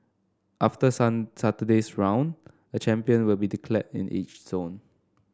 after sun Saturday's round a champion will be declared in each zone